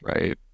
right